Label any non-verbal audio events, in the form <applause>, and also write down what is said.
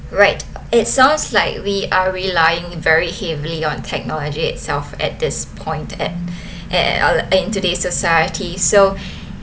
right it sounds like we are relying very heavily on technology itself at this point it <noise> in today's society so <breath>